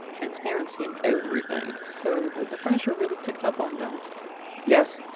transparency and everything so the the furniture really picked up on that yes,